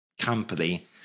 company